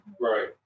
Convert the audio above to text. Right